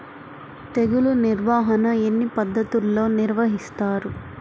తెగులు నిర్వాహణ ఎన్ని పద్ధతుల్లో నిర్వహిస్తారు?